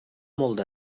molts